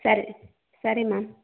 ಸರಿ ಸರಿ ಮ್ಯಾಮ್